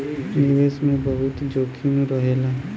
निवेश मे बहुते जोखिम रहेला